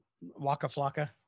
Waka-flocka